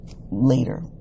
later